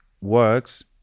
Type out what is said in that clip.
works